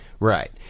Right